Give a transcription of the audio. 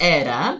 era